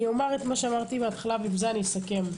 אומר מה שאמרתי בהתחלה ובזה אסכם.